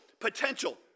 potential